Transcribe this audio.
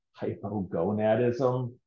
hypogonadism